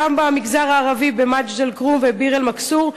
גם במגזר הערבי במג'ד-אלכרום ובביר-אלמכסור,